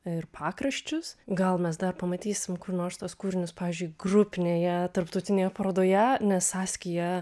ir pakraščius gal mes dar pamatysim kur nors tuos kūrinius pavyzdžiui grupinėje tarptautinėje parodoje nes saskija